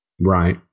Right